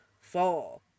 four